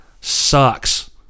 sucks